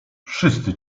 wszyscy